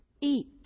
eat